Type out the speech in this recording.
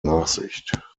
nachsicht